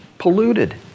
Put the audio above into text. Polluted